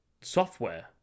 software